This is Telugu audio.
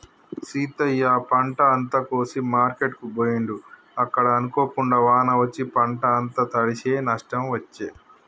సీతయ్య పంట అంత కోసి మార్కెట్ కు పోయిండు అక్కడ అనుకోకుండా వాన వచ్చి పంట అంత తడిశె నష్టం వచ్చే